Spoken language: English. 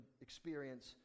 experience